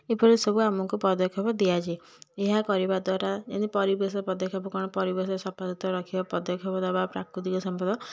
ଏପରି ସବୁ ଆମକୁ ପଦକ୍ଷେପ ଦିଆଯାଏ ଏହା କରିବା ଦ୍ୱାରା ଯେମିତି ପରିବେଶ ପଦକ୍ଷେପ କ'ଣ ପରିବେଶ ସଫା ସୁତୁରା ରଖିବା ପଦକ୍ଷେପ ଦେବା ପ୍ରାକୃତିକ ସମ୍ପଦ